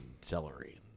celery